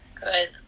Good